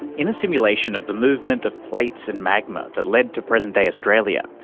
in a simulation of the movement of plates and magma that led to present-day australia,